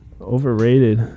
Overrated